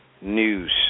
news